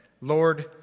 Lord